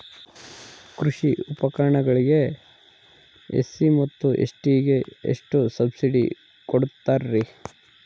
ಕೃಷಿ ಪರಿಕರಗಳಿಗೆ ಎಸ್.ಸಿ ಮತ್ತು ಎಸ್.ಟಿ ಗೆ ಎಷ್ಟು ಸಬ್ಸಿಡಿ ಕೊಡುತ್ತಾರ್ರಿ?